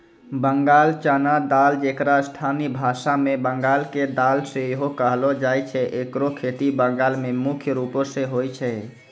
बंगाल चना दाल जेकरा स्थानीय भाषा मे बंगाल के दाल सेहो कहलो जाय छै एकरो खेती बंगाल मे मुख्य रूपो से होय छै